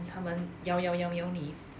then 他们咬咬咬咬你